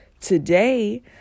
today